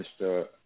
Mr